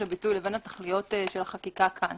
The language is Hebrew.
הביטוי לבין התכליות של החקיקה כאן